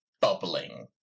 bubbling